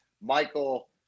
Michael